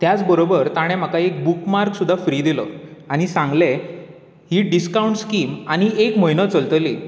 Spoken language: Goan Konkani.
त्याच बरोबर ताणें म्हाका एक बुक मार्क सुद्दां फ्री दिलो आनी सांगलें ही डिस्कावन्ट स्किम आनीक एक म्हयनो चलतली